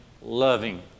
loving